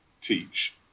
teach